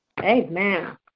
Amen